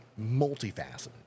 multifaceted